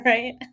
Right